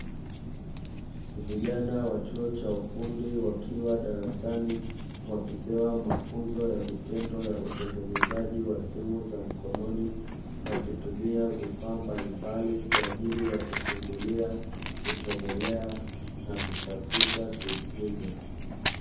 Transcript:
Vijana wa chuo cha ufundi wakiwa darasani wakipewa mafunzo ya vitendo ya utengenezaji wa simu za mkononi, Wakitumia vifaa mbalimbali kwaajili ya kufungulia, kuchomelea na kusafisha simu hizo.